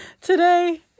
today